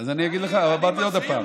אז אני אגיד לך עוד פעם.